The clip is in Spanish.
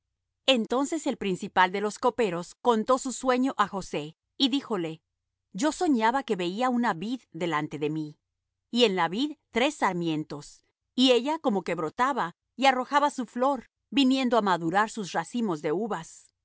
entonces el principal de los coperos contó su sueño á josé y díjole yo soñaba que veía una vid delante de mí y en la vid tres sarmientos y ella como que brotaba y arrojaba su flor viniendo á madurar sus racimos de uvas